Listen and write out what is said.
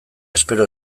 espero